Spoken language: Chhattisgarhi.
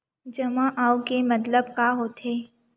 जमा आऊ के मतलब का होथे?